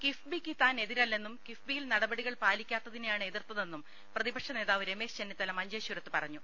കിഫ്ബിക്ക് താൻ എതിരല്ലെന്നും കിഫ്ബിയിൽ നടപടികൾ പാലിക്കാത്തിനെയാണ് എതിർത്തതെന്നും പ്രതിപക്ഷനേതാവ് രമേശ് ചെന്നിത്തല മഞ്ചേശ്വരത്ത് പറഞ്ഞു